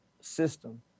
system